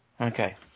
Okay